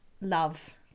love